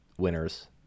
winners